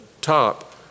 top